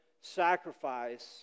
sacrifice